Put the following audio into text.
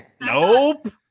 nope